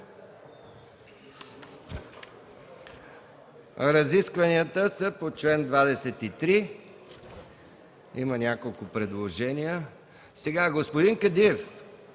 Разискванията са по чл. 23. Има няколко предложения. Господин Кадиев,